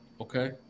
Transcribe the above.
Okay